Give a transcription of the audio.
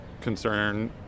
concern